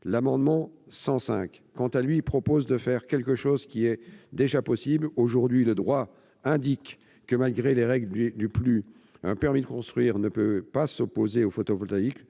L'amendement n° 105 rectifié, quant à lui, vise à prévoir quelque chose qui est déjà possible. Aujourd'hui, le droit indique que, malgré les règles du PLU, un permis de construire ne peut s'opposer au photovoltaïque,